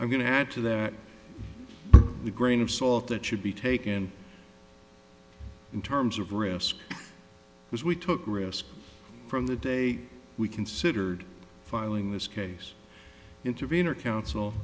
i'm going to add to that the grain of salt that should be taken in terms of risk because we took risk from the day we considered filing this case intervenor counsel